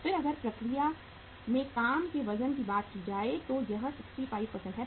फिर अगर प्रक्रिया में काम के वजन की बात करें तो यह 65 है